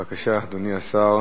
בבקשה, אדוני השר,